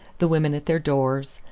the women at their doors,